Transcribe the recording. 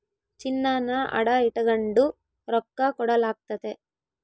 ಚಿನ್ನಾನ ಅಡ ಇಟಗಂಡು ರೊಕ್ಕ ಕೊಡಲಾಗ್ತತೆ